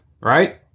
right